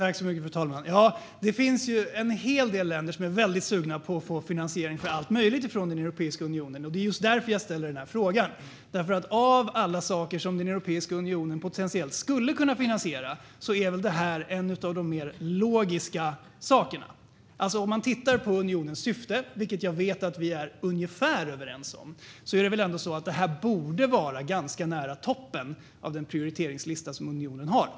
Fru talman! Ja, det finns ju en hel del länder som är väldigt sugna på att få finansiering av allt möjligt från Europeiska unionen, och det är just därför jag ställer den här frågan. Av alla saker som Europeiska unionen potentiellt skulle kunna finansiera är nämligen det här en av de mer logiska. Om man tittar på unionens syfte, vilket jag vet att vi är ungefär överens om, borde väl det här ändå ligga ganska nära toppen på den prioriteringslista som unionen har.